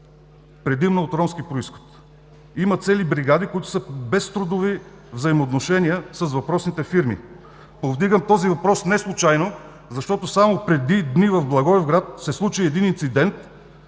предимно от ромски произход. Има цели бригади, които са без трудови взаимоотношения с въпросните фирми. Неслучайно повдигам този въпрос, защото само преди дни в Благоевград се случи инцидент,